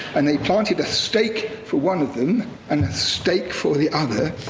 and they planted a stake for one of them and stake for the other.